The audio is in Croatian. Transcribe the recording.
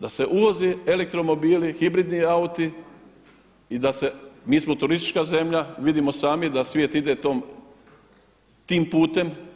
da se uvoze elektromobili, hibridni auti i da se mi smo turistička zemlja, vidimo sami da svijet ide tim putem.